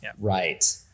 Right